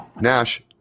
Nash